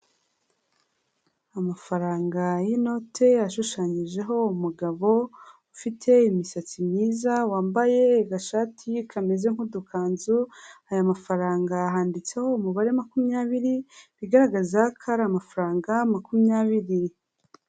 Amafaranga y'inote ashushanyijeho umugabo ufite imisatsi myiza wambaye agashati kameze nk'udukanzu, aya mafaranga handitseho umubare makumyabiri, bigaragaza ko ari amafaranga makumyabiri.